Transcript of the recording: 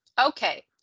Okay